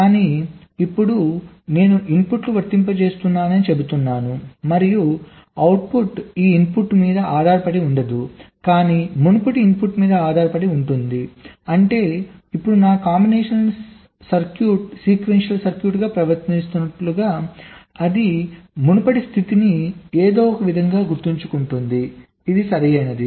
కానీ ఇప్పుడు నేను ఇన్పుట్ను వర్తింపజేస్తున్నానని చెప్తున్నాను మరియు అవుట్పుట్ ఈ ఇన్పుట్ మీద ఆధారపడి ఉండదు కానీ మునుపటి ఇన్పుట్ మీద ఆధారపడి ఉంటుంది అంటే ఇప్పుడు నా కాంబినేషన్ సర్క్యూట్ సీక్వెన్షియల్ సర్క్యూట్ లాగా ప్రవర్తిస్తున్నట్లుగా అది మునుపటి స్థితిని ఏదో ఒక విధంగా గుర్తుంచుకుంటుంది సరియైనది